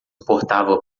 importava